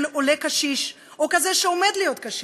עולה קשיש או כזה שעומד להיות קשיש,